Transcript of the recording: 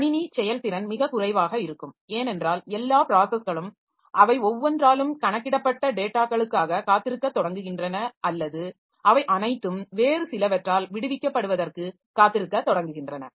கணினி செயல்திறன் மிகக் குறைவாக இருக்கும் ஏனென்றால் எல்லா ப்ராஸஸ்களும் அவை ஒவ்வொன்றாலும் கணக்கிடப்பட்ட டேட்டாகளுக்காக காத்திருக்கத் தொடங்குகின்றன அல்லது அவை அனைத்தும் வேறு சிலவற்றால் விடுவிக்கப்படுவதற்கு காத்திருக்கத் தொடங்குகின்றன